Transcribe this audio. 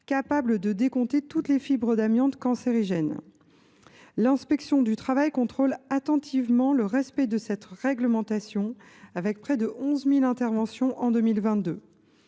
capable de décompter toutes les fibres d’amiante cancérigènes. L’inspection du travail contrôle attentivement le respect de cette réglementation, avec près de 11 000 interventions en 2022.